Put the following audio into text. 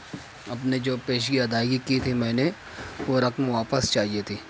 اپنے جو پیشگی ادائیگی کی تھی میں نے وہ رقم واپس چاہیے تھی